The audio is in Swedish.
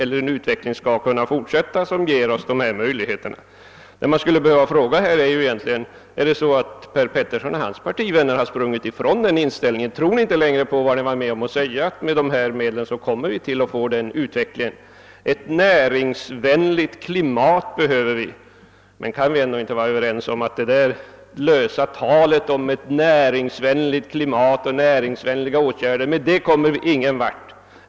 Det kan finnas anledning fråga, om herr Petersson i Gäddvik och hans partivänner sprungit ifrån den inställningen. Tror ni inte längre på vad ni var med om att besluta, nämligen att vi med hjälp av dessa medel skulle få en bättre utveckling? Det behövs ett näringsvänligt klimat, men kan vi inte vara överens om att vi inte kommer någon vart enbart med talet om ett näringsvänligt klimat och näringsvänliga åtgärder?